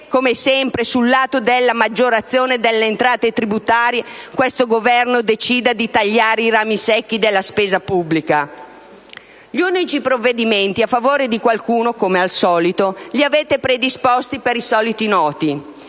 come sempre, sul lato della maggiorazione delle entrate tributarie, questo Governo decida di tagliare i rami secchi della spesa pubblica! Gli unici provvedimenti a favore di qualcuno, come al solito, li avete predisposti per i soliti noti.